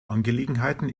angelegenheiten